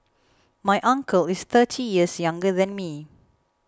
my uncle is thirty years younger than me